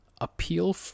appeal